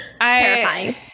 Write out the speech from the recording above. Terrifying